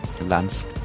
Lance